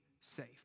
safe